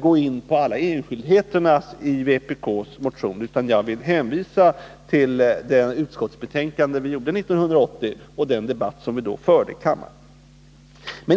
gå in på alla enskildheter i vpk:s motion utan hänvisa till arbetsmarknadsutskottets betänkande 1980 och till den debatt som vi förde i kammaren i samband med behandlingen av det.